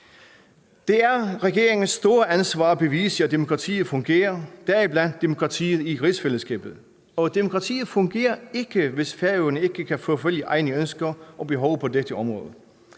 Det er regeringens store ansvar at bevise, at demokratiet fungerer – deriblandt demokratiet i Rigsfællesskabet. Og demokratiet fungerer ikke, hvis Færøerne ikke kan forfølge egne ønsker og behov på dette område.